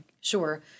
Sure